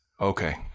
okay